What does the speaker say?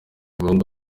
muhungu